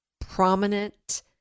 prominent